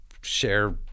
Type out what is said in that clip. share